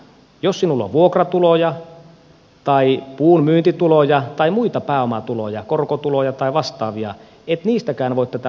jos sinulla on vuokratuloja tai puun myyntituloja tai muita pääomatuloja korkotuloja tai vastaavia et niistäkään voi tätä luovutustappiota vähentää